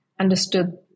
understood